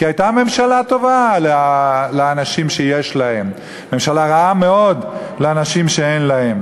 כי הייתה ממשלה טובה לאנשים שיש להם וממשלה רעה מאוד לאנשים שאין להם,